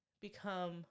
become